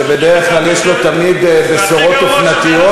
שאתם מזניחים אותם ומפקירים אותם.